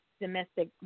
domestic